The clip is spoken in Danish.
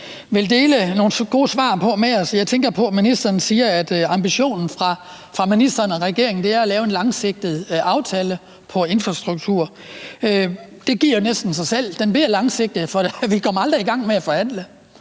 vil dele nogle gode svar med os på. Jeg tænker på, at ministeren siger, at ambitionen fra ministeren og regeringens side er at lave en langsigtet aftale om infrastruktur. Det giver næsten sig selv, at den bliver langsigtet, for vi kommer aldrig i gang med at forhandle.